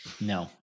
No